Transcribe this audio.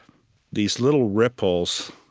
these little ripples,